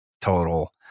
total